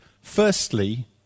Firstly